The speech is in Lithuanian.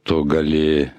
tu gali